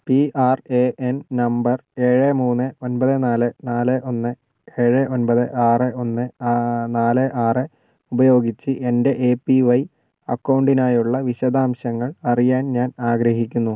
P R A N number ഏഴ് മൂന്ന് ഒൻപത് നാല് നാല് ഒന്ന് ഏഴ് ഒൻപത് ആറ് ഒന്ന് നാല് ആറ് ഉപയോഗിച്ച് എൻ്റെ എ പി വൈ അക്കൗണ്ടിനായുള്ള വിശദാംശങ്ങൾ അറിയാൻ ഞാൻ ആഗ്രഹിക്കുന്നു